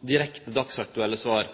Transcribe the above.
direkte, dagsaktuelle svar.